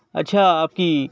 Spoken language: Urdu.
اچھا آپ کی